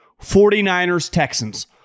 49ers-Texans